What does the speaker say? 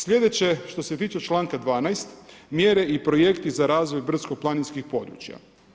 Slijedeće što se tiče članka 12., mjere i projekti za razvoj brdsko-planinskih područja.